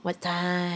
what time